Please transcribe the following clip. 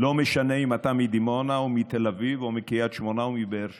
לא משנה אם אתה מדימונה או מתל אביב או מקריית שמונה או מבאר שבע.